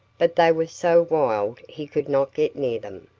but they were so wild he could not get near them.